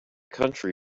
country